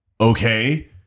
okay